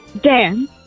Dan